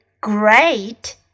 great